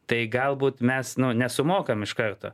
tai galbūt mes nu nesumokam iš karto